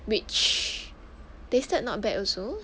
which they tasted not bad also